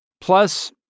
Plus